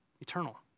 eternal